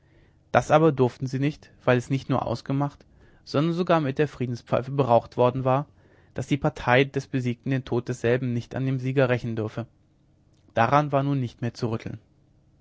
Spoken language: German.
das aber durften sie nicht weil es nicht nur ausgemacht sondern sogar mit der friedenspfeife beraucht worden war daß die partei des besiegten den tod desselben nicht an dem sieger rächen dürfe daran war nun nicht zu rütteln